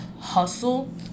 hustle